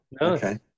okay